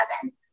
seven